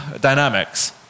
dynamics